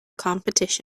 competition